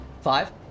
Five